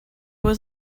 was